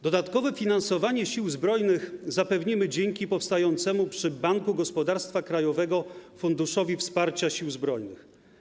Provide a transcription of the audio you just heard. Dodatkowe finansowanie Sił Zbrojnych zapewnimy dzięki powstającemu przy Banku Gospodarstwa Krajowego Funduszowi Wsparcia Sił Zbrojnych.